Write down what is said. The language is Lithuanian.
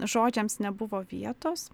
žodžiams nebuvo vietos